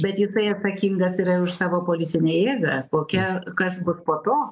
bet jisai atsakingas yra ir už savo politinę jėgą kokia kas bus po to